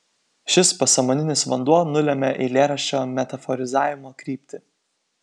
šis pasąmoninis vanduo nulemia eilėraščio metaforizavimo kryptį